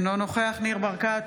אינו נוכח ניר ברקת,